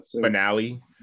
finale